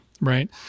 right